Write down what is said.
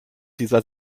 dieser